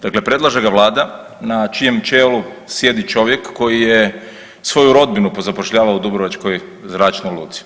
Dakle predlaže ga Vlada na čijem čelu sjedi čovjek koji je svoju rodbinu pozapošljavao u Dubrovačkoj zračnoj luci.